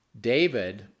David